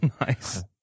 Nice